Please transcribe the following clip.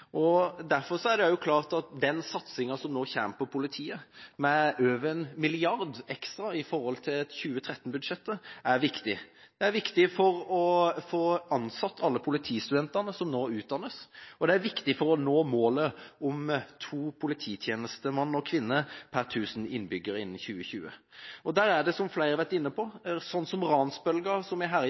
Derfor er det klart at den satsinga på politiet som nå kommer, med over 1 mrd. kr ekstra i forhold til 2013-budsjettet, er viktig. Det er viktig for å få ansatt alle politistudentene som nå utdannes, og det er viktig for å nå målet om to polititjenestemenn/-kvinner per 1 000 innbyggere innen 2020. Det viser ransbølgen som har herjet hovedstaden i det siste, som flere har vært inne på,